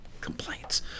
complaints